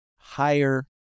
higher